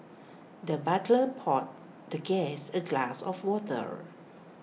the butler poured the guest A glass of water